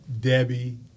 Debbie